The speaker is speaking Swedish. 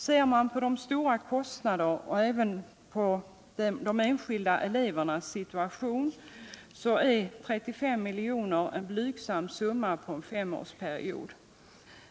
Ser man på de stora kostnaderna och även på de enskilda människornas situation är 35 milj.kr. en blygsam summa på en femårsperiod.